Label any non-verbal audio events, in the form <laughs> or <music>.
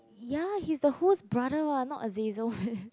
ya he's the host brother [what] not Azazel <laughs>